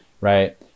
right